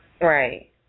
Right